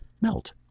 Melt